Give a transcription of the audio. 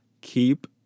Keep